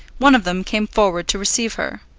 one of them came forward to receive her.